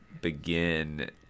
begin